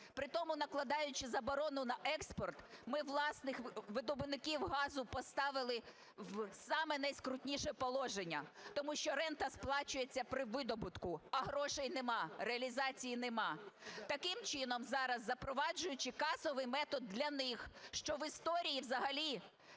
при тому накладаючи заборону на експорт, ми власних видобувників газу поставили в саме найскрутніше положення, тому що рента сплачується при видобутку, а грошей немає, реалізації немає. Таким чином зараз запроваджуючи касовий метод для них, що в історії взагалі